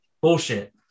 bullshit